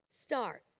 start